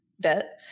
debt